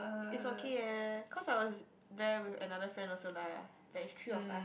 it's okay eh cause I was there with another friend also lah there is three of us